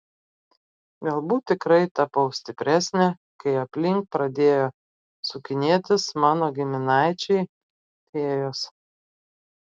galbūt tikrai tapau stipresnė kai aplink pradėjo sukinėtis mano giminaičiai fėjos